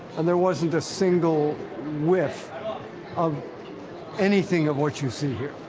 and there wasn't a single whiff of anything of what you see here.